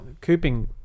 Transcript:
Cooping